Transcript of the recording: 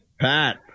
Pat